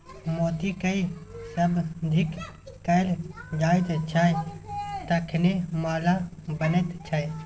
मोतीकए संवर्धित कैल जाइत छै तखने माला बनैत छै